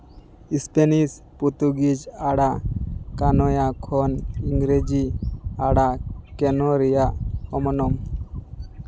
Spanish Portuguese ᱟᱹᱲᱟᱹ ᱠᱟᱱᱚᱭᱟ ᱠᱷᱚᱱ ᱤᱝᱨᱮᱡᱤ ᱟᱹᱲᱟᱹ ᱠᱮᱱᱚ ᱨᱮᱭᱟᱜ ᱚᱢᱚᱱᱚᱢ